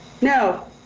No